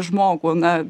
žmogų na